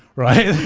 right?